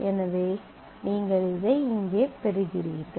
எனவே நீங்கள் இதை இங்கே பெறுகிறீர்கள்